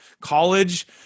college